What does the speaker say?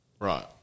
Right